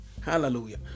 Hallelujah